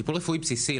טיפול רפואי בסיסי,